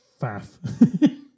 faff